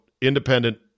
independent